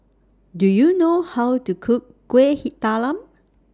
Do YOU know How to Cook Kuih Talam